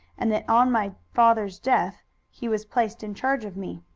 and that on my father's death he was placed in charge of me.